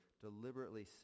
deliberately